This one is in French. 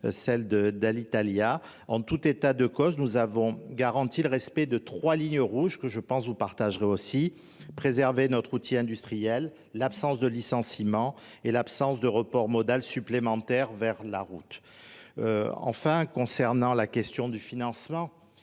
celle d'Alitalia. En tout état de cause, nous avons garanti le respect de trois lignes rouges que je pense que vous partagerez aussi. préserver notre outil industriel, l'absence de licenciement et l'absence de report modal supplémentaire vers la route. Enfin, concernant la question du financement,